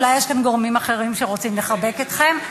אולי יש כאן גורמים אחרים שרוצים לחבק אתכם,